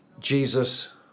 Jesus